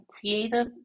creative